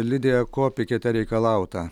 lidija ko pikete reikalauta